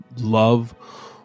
love